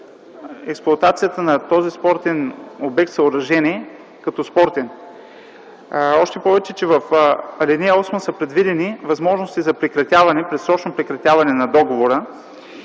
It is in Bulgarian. експлоатацията на този спортен обект, съоръжение като спортен. Още повече, че в ал. 8 са предвидени възможности за предсрочно прекратяване на договора,